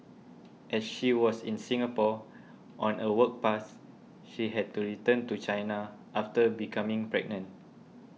as she was in Singapore on a work pass she had to return to China after becoming pregnant